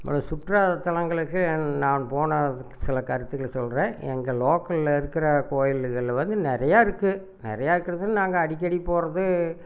சுற்றுலா தலங்களுக்கு நான் போன சில கருத்துக்கள சொல்லுறேன் எங்கள் லோக்கலில் இருக்கிற கோயில்களில் வந்து நிறையா இருக்கு நிறையா இருக்கறது நாங்கள் அடிக்கடி போகறது